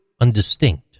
undistinct